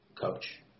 coach